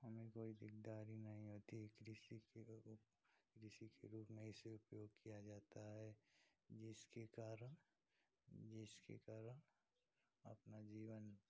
हमें कोई दिकदारी नहीं होती कृषि के ओ कृषि के रूप में इसे प्रयोग किया जाता है जिसके कारण जिसके कारण अपना जीवन